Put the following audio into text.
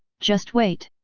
just wait!